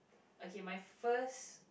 okay my first